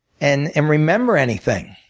and and remember anything?